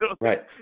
Right